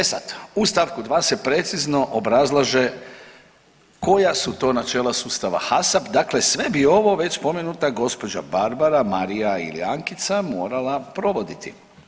E sad u st. 2. se precizno obrazlaže koja su to načela sustava HACCP dakle sve bi ovo već spomenuta gospođa Barbara, Marija ili Ankica morala provoditi.